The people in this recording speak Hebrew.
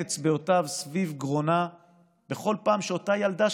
אצבעותיו סביב גרונה בכל פעם שאותה ילדה,